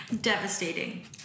Devastating